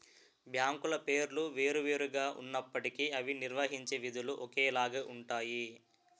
బ్యాంకుల పేర్లు వేరు వేరు గా ఉన్నప్పటికీ అవి నిర్వహించే విధులు ఒకేలాగా ఉంటాయి